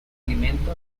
alimento